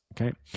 okay